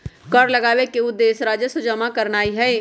कर लगाबेके उद्देश्य राजस्व जमा करनाइ हइ